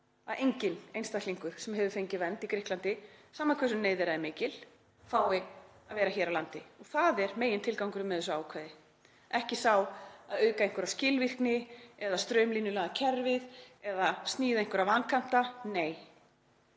að enginn einstaklingur sem hefur fengið vernd í Grikklandi, sama hversu mikil neyð hans er, fái að vera hér á landi. Það er megintilgangurinn með þessu ákvæði, ekki sá að auka einhverja skilvirkni eða straumlínulaga kerfið eða sníða af einhverja vankanta. Nei,